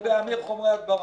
זה ב"עמיר" חומרי הדברה.